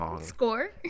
score